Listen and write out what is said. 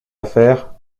affaire